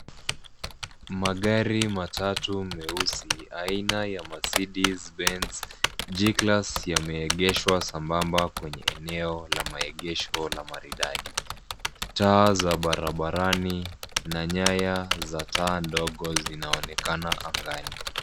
Magari matatu meusi aina ya Mercedes Benz G-class yameegeshwa sambamba kwenye eneo la maegesho na maridadi. Taa za barabarani na nyaya za taa ndogo zinaonekana angani.